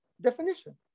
definition